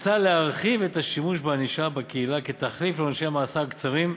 הוצע להרחיב את השימוש בענישה בקהילה כתחליף לעונשי מאסר קצרים,